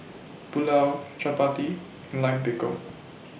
Pulao Chapati and Lime Pickle